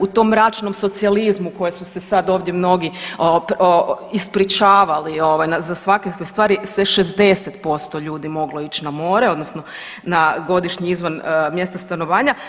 U tom mračnom socijalizmu kojeg su se sada ovdje mnogi ispričavali za svakakve stvari se 60% ljudi moglo ići na more odnosno na godišnji izvan mjesta stanovanja.